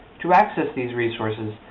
to access these resources,